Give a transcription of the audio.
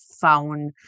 found